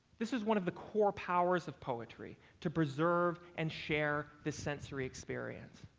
this is one of the core powers of poetry to preserve and share this sensory experience.